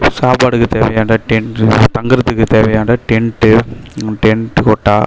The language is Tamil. சாப்பாடுக்கு தேவையான டெண் தங்குறதுக்கு தேவையான டெண்ட்டு டெண்ட்டு கொட்டா